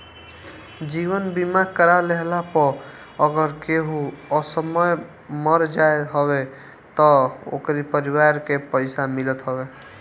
जीवन बीमा करा लेहला पअ अगर केहू असमय मर जात हवे तअ ओकरी परिवार के पइसा मिलत हवे